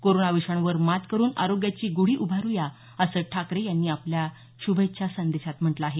corona विषाणुवर मात करून आरोग्याची गुढी उभारू या असं ठाकरे यांनी आपल्या शुभेच्छा संदेशात म्हटलं आहे